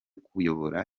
kuyobora